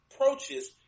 approaches